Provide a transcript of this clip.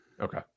Okay